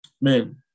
man